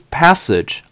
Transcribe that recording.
passage